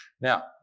Now